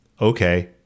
Okay